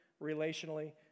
relationally